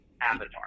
avatar